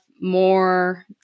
more